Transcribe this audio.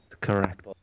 Correct